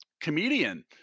comedian